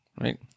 right